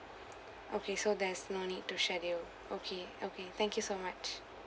okay so there's no need to schedule okay okay thank you so much